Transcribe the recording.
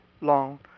long